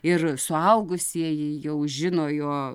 ir suaugusieji jau žino jo